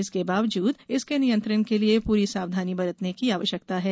इसके बावजूद इसके नियंत्रण के लिए पूरी सावधानी बरतने की आवश्यकता है